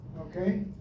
okay